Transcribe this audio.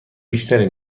بیشتری